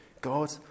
God